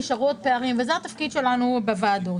נשארו עוד פערים וזה התפקיד שלנו בוועדות.